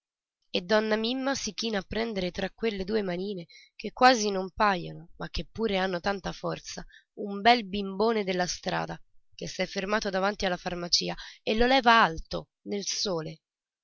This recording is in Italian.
e donna mimma si china a prendere tra quelle due manine che quasi non pajono ma che pure hanno tanta forza un bel bimbone della strada che s'è fermato davanti la farmacia e lo leva alto nel sole